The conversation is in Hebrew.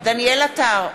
דניאל עטר,